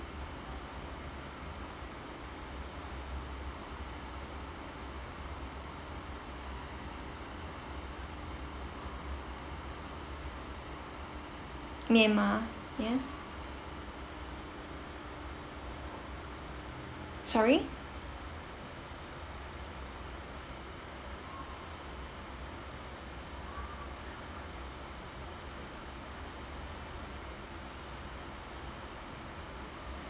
myanmar yes sorry